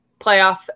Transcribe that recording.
playoff